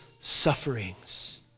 sufferings